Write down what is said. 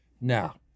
now